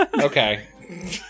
Okay